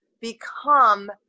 become